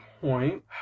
point